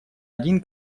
один